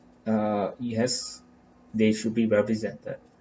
uh yes they should be represented